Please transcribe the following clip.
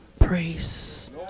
praise